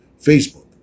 Facebook